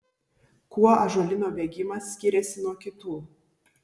kuo ąžuolyno bėgimas skiriasi nuo kitų